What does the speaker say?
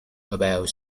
about